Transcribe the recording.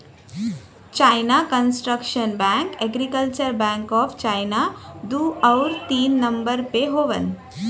China construction bank, agriculture bank of China दू आउर तीन नम्बर पे हउवन